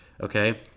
okay